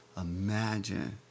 imagine